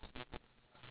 it's not